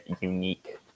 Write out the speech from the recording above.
unique